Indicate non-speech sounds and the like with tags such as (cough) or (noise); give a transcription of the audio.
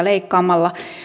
(unintelligible) leikkaamalla